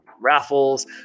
raffles